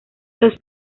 los